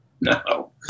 No